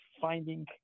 finding